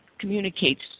communicates